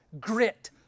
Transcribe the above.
grit